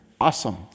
Awesome